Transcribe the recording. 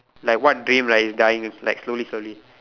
like what dream lah is dying like slowly slowly